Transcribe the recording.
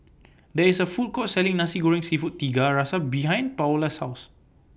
There IS A Food Court Selling Nasi Goreng Seafood Tiga Rasa behind Paola's House